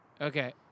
Okay